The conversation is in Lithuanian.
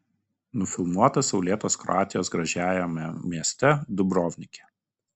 nufilmuota saulėtos kroatijos gražiajame mieste dubrovnike